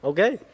Okay